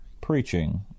preaching